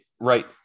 right